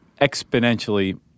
exponentially